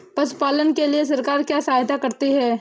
पशु पालन के लिए सरकार क्या सहायता करती है?